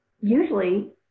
usually